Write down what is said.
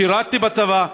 שירתי בצבא,